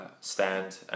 stand